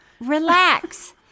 Relax